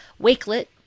Wakelet